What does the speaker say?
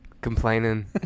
complaining